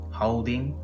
holding